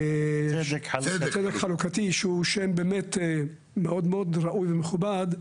צדק חלוקתי, שהוא שם באמת מאוד מאוד ראוי ומכובד,